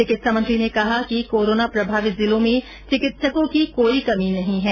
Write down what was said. चिकित्सा मंत्री ने कहा है कि कोरोना प्रभावित जिलों में चिकित्सकों की कोई कमी नहीं है